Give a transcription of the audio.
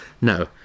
no